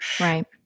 Right